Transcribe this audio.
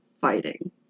fighting